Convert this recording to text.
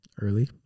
Early